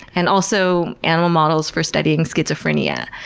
and also animal models for studying schizophrenia.